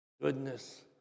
goodness